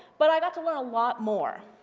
but i got to learn a lot more.